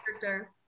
character